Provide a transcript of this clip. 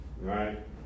right